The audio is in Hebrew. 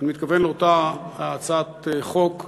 אני מתכוון לאותה הצעת חוק חמורה,